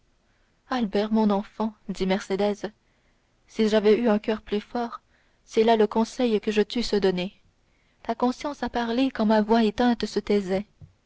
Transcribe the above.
albert mon enfant dit mercédès si j'avais eu un coeur plus fort c'est là le conseil que je t'eusse donné ta conscience a parlé quand ma voix éteinte se taisait